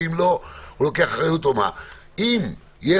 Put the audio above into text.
ואם לא הוא לוקח אחריות.